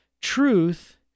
Truth